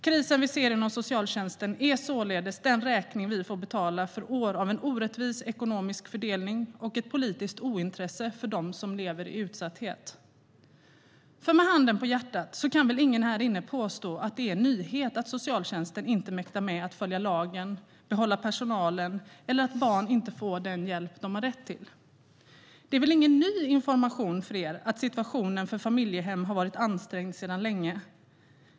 Krisen vi ser inom socialtjänsten är således den räkning vi får betala för år av en orättvis ekonomisk fördelning och ett politiskt ointresse för dem som lever i utsatthet. För med handen på hjärtat kan väl ingen här inne påstå att det är en nyhet att socialtjänsten inte mäktar med att följa lagen och behålla personalen eller att barn inte får den hjälp de har rätt till. Det är väl ingen ny information för er att situationen för familjehem varit ansträngd sedan länge.